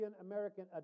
American